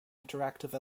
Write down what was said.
interactive